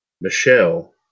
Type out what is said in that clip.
Michelle